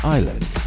Island